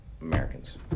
Americans